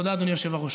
תודה, אדוני היושב-ראש.